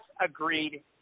agreed